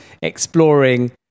exploring